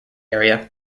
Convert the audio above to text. area